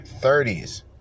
30s